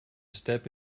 step